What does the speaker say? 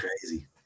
crazy